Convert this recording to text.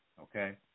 Okay